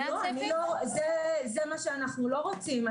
זה מה שאנחנו לא רוצים.